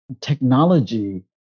technology